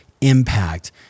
impact